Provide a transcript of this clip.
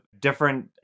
different